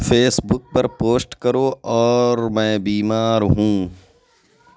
face بک پر post کرو اور میں بیمار ہوں